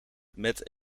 met